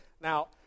Now